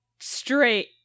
Straight